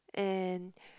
and